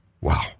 Wow